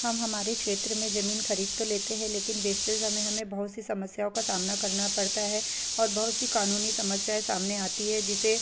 हम हमारे क्षेत्र में ज़मीन खरीद तो लेते हैं लेकिन बेचते समय हमें बहुत सी समस्याओं का सामना करना पड़ता है और बहुत सी क़ानूनी समस्याएँ सामने आती हैं जिसे